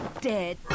dead